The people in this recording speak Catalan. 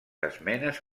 esmenes